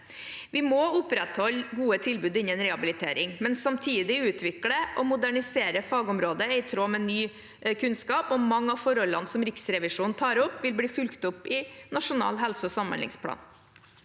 Vi må opprettholde gode tilbud innen rehabilitering, men samtidig utvikle og modernisere fagområdet i tråd med ny kunnskap. Mange av forholdene som Riksrevisjonen tar opp, vil også bli fulgt opp i Nasjonal helse- og samhandlingsplan.